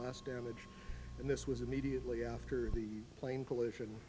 blast damage and this was immediately after the plane collision